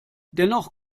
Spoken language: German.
dennoch